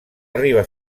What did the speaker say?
arriba